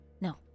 No